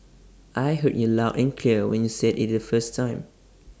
I heard you loud and clear when you said IT the first time